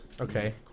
Okay